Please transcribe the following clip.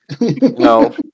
No